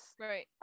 Right